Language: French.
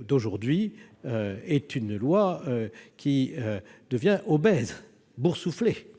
d'aujourd'hui est devenue obèse et boursouflée.